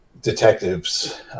detectives